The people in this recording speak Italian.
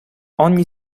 ogni